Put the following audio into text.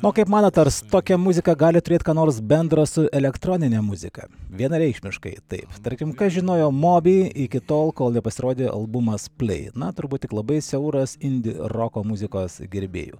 o kaip manot ar su tokia muzika gali turėti ką nors bendro su elektronine muzika vienareikšmiškai taip tarkim kas žinojo mobi iki tol kol nepasirodė albumas plei na turbūt tik labai siauras indi roko muzikos gerbėjų